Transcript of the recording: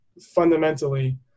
fundamentally